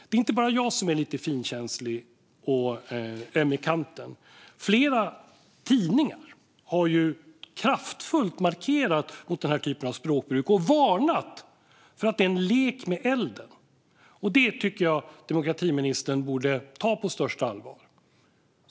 Det är inte bara jag som är lite känslig och öm i kanten. Flera tidningar har kraftfullt markerat mot den här typen av språkbruk och varnat för att det är en lek med elden. Det tycker jag att demokratiministern borde ta på största allvar.